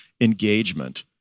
engagement